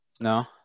No